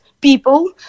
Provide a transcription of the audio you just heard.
people